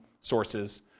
sources